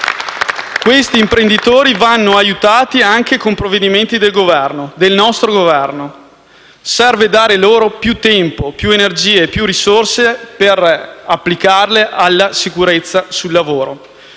Questi imprenditori vanno aiutati anche con provvedimenti del Governo, del nostro Governo. Serve dar loro più tempo, più energie e risorse per applicarle alla sicurezza sul lavoro